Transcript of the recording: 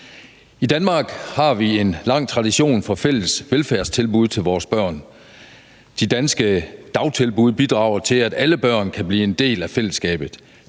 I Danmark har vi en lang tradition for fælles velfærdstilbud til vores børn. De danske dagtilbud bidrager til, at alle børn kan blive en del af fællesskabet.